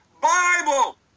Bible